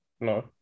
No